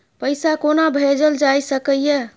पैसा कोना भैजल जाय सके ये